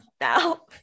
now